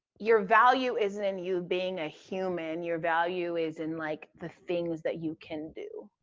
your value isn't in you being a human. your value is in, like, the things that you can do.